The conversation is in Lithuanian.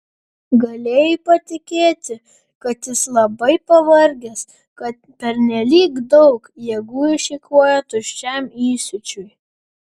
galėjai patikėti kad jis labai pavargęs kad pernelyg daug jėgų išeikvojo tuščiam įsiūčiui